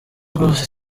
rwose